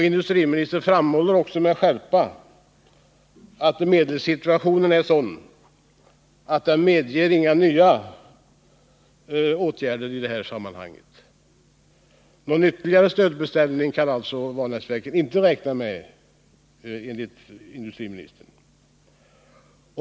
Industriministern framhåller vidare med skärpa att medelssituationen är sådan att den inte medger några ytterligare åtgärder i det här avseendet. Någon ytterligare stödbeställning kan Vanäsverken alltså inte räkna med enligt industriministern.